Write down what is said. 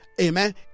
amen